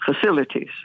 facilities